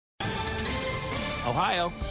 Ohio